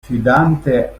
fidante